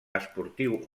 esportiu